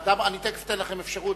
אני תיכף אתן לכם אפשרות.